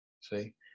See